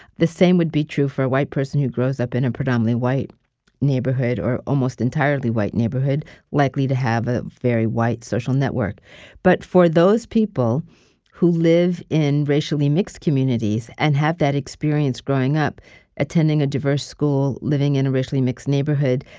the same would be true for a white person who grows up in a and predominately white neighborhood or almost entirely white neighborhood likely to have a very white social network but for those people who live in racially mixed communities and have that experience growing up attending a diverse school, living in a racially mixed neighborhood,